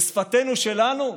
בשפתנו שלנו,